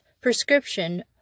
prescription